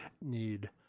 need